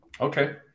Okay